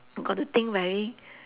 got to think very